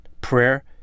prayer